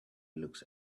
looks